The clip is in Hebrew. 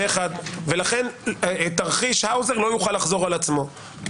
לכן תרחיש האוזר-מארק לא יוכל לחזור על עצמו,